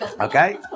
okay